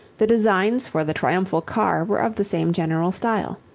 the designs for the triumphal car were of the same general style.